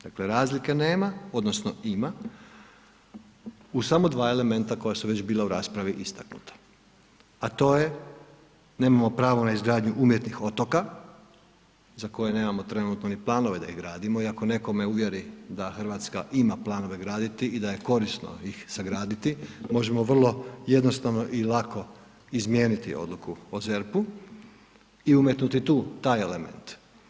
Dakle razlike nema, odnosno ima u samo dva elementa koja su već bila u raspravi istaknuta a to je nemamo pravo na izgradnju umjetnih otoka za koje nemamo trenutno ni planove da ih gradimo i ako netko me uvjeri da Hrvatska ima planove graditi i da je korisno ih sagraditi, možemo vrlo jednostavno i lako izmijeniti odluku o ZERP-u i umetnuti tu, taj element.